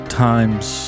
times